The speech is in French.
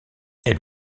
elle